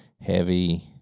Heavy